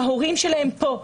ההורים שלהם פה.